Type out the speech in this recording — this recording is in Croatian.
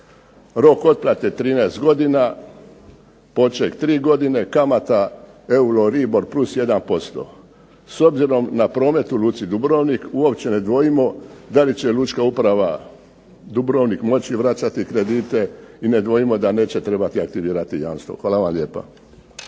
Rok otplate 13 godina, poček 3 godine, kamata, euro libor plus 1%. S obzirom na promet u luci Dubrovnik uopće ne dvojimo da li će Lučka uprava Dubrovnik moći vraćati kredite i ne dvojimo da neće trebati aktivirati jamstvo. Hvala vam lijepa.